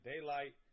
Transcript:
daylight